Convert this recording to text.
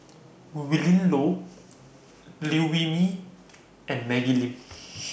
Willin Low Liew Wee Mee and Maggie Lim